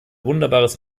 wunderbares